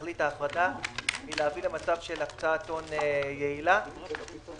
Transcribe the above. תכלית ההפרטה היא להביא למצב של הקצאת הון יעילה ולמנוע,